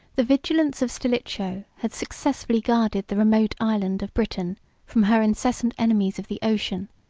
the vigilance of stilicho had successfully guarded the remote island of britain from her incessant enemies of the ocean,